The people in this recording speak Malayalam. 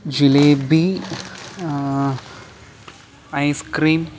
ജിലേബി ഐസ്ക്രീം